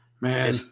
Man